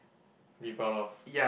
be proud of